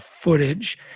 footage